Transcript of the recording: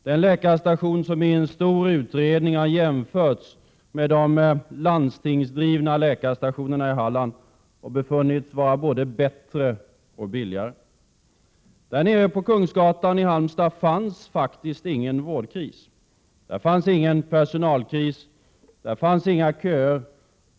Den läkarstationen har i en stor utredning jämförts med de landstingsdrivna läkarstationerna i Halland och befunnits vara både bättre och billigare. 3 På Kungsgatan i Halmstad fanns faktiskt ingen vårdkris. Där fanns ingen personalkris och inga köer.